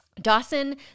Dawson